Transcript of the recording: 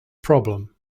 problem